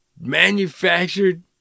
manufactured